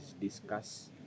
discuss